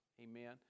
Amen